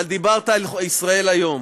אבל דיברת על "ישראל היום",